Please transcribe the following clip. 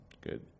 good